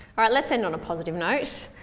all right. let's end on a positive note.